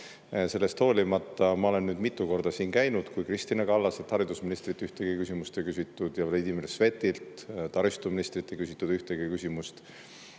sellest hoolimata ma olen mitu korda siin käinud, kui Kristina Kallaselt, haridusministrilt, ühtegi küsimust ei küsitud, ja Vladimir Svetilt, taristuministrilt, ei küsitud ühtegi küsimust.